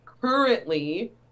currently